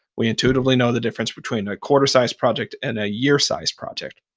we intuitively know the difference between a quarter-sized project and a year-sized project.